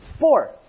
Four